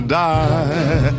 die